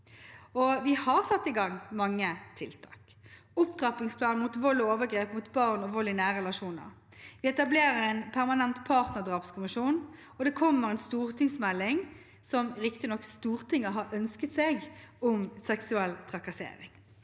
Vi har satt i gang mange tiltak: opptrappingsplanen mot vold og overgrep mot barn og vold i nære relasjoner, etablering av en permanent partnerdrapskommisjon og en kommende stortingsmelding – som riktignok Stortinget har ønsket seg – om seksuell trakassering.